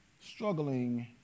struggling